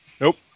Nope